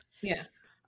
Yes